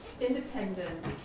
independent